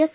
S